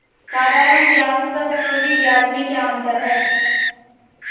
साधारण ब्याज तथा चक्रवर्धी ब्याज में क्या अंतर है?